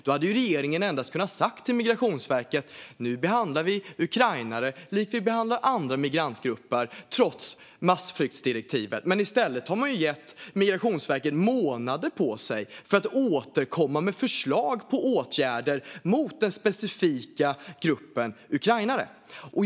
Då hade regeringen bara kunnat säga till Migrationsverket att vi nu ska behandla ukrainare på samma sätt som vi behandlar andra migrantgrupper trots massflyktsdirektivet. Men i stället har man gett Migrationsverket månader för att återkomma med förslag på åtgärder mot den specifika gruppen ukrainare. Fru talman!